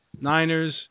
Niners